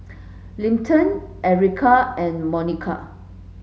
Linton Ericka and Monika